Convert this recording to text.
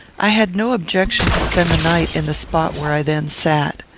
i had no objection to spend the night in the spot where i then sat.